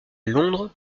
londres